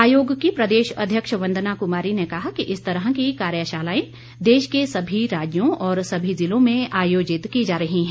आयोग की प्रदेश अध्यक्ष वंदना कुमारी ने कहा कि इस तरह की कार्यशालाएं देश के सभी राज्यों और सभी जिलों में आयोजित की जा रही हैं